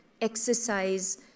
exercise